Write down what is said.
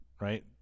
Right